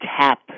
tap